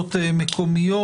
ומועצות מקומיות.